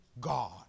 God